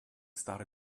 start